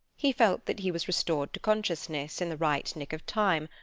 he felt that he was restored to consciousness in the right nick of time,